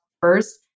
first